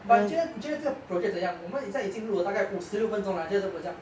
but 你觉得你觉得这个 project 怎样我们已经录到大概五十六分钟你觉得如何怎样